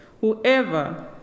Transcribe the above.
Whoever